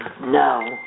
No